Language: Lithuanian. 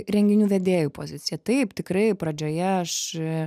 renginių vedėjų pozicija taip tikrai pradžioje aš